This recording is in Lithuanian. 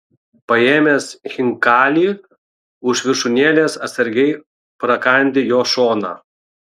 paėmęs chinkalį už viršūnėlės atsargiai prakandi jo šoną